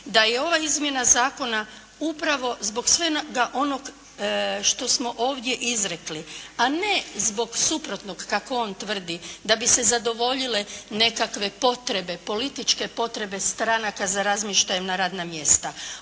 da je ova izmjena zakona upravo zbog svega onog što smo ovdje izrekli, a ne zbog suprotnog kako on tvrdi da bi se zadovoljile nekakve potrebe, političke potrebe stranaka za razmještajem na radna mjesta.